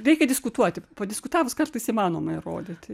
reikia diskutuoti padiskutavus kartais įmanoma įrodyti